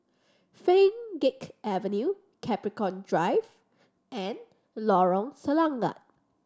Pheng Geck Avenue Capricorn Drive and Lorong Selangat